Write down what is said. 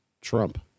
Trump